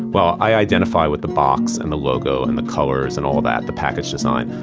well, i identify with the box and the logo and the colors and all that, the package design.